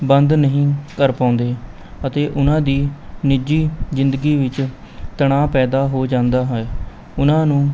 ਬੰਦ ਨਹੀਂ ਕਰ ਪਾਉਂਦੇ ਅਤੇ ਉਹਨਾਂ ਦੀ ਨਿੱਜੀ ਜ਼ਿੰਦਗੀ ਵਿੱਚ ਤਣਾਅ ਪੈਂਦਾ ਹੋ ਜਾਂਦਾ ਹੈ ਉਹਨਾਂ ਨੂੰ